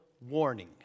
warning